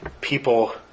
people